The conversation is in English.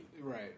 Right